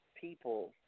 people